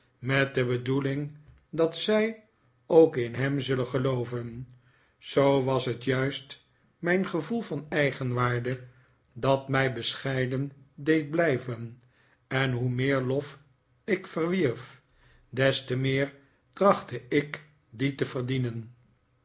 met de bedoeling dat zij ook in hem zullen gelooven zoo was het juist mijn gevoel van eigenwaarde dat mij bescheiden deed blijven en hoe meer lof ik verwierf des te meer trachtte ik dien te verdienen